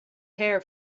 hair